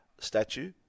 Statue